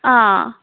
آ